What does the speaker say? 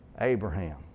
Abraham